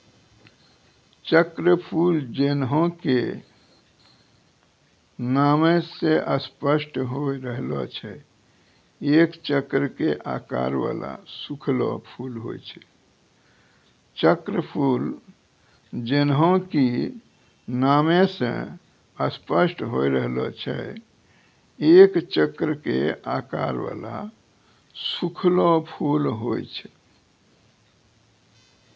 चक्रफूल जैन्हों कि नामै स स्पष्ट होय रहलो छै एक चक्र के आकार वाला सूखलो फूल होय छै